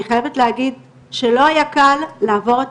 אני חייבת להגיד שלא היה קל לעבור את